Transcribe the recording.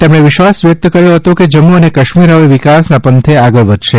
તેમણે વિશ્વાસ વ્યકત કર્યો હતો કે જમ્મુ અને કાશ્મીર હવે વિકાસના પંથે આગળ વધશે